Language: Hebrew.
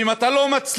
ואם אתה לא מצליח,